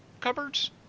cupboards